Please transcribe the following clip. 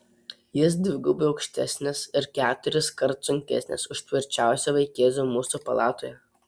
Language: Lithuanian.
jis dvigubai aukštesnis ir keturiskart sunkesnis už tvirčiausią vaikėzą mūsų palatoje